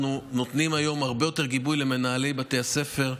אנחנו נותנים היום הרבה יותר גיבוי למנהלי בתי הספר.